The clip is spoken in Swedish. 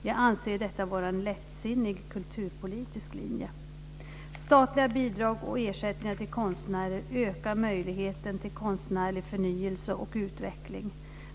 Jag anser detta vara en lättsinnig kulturpolitisk linje. Statliga bidrag och ersättningar till konstnärer ökar möjligheten till konstnärlig förnyelse och utveckling.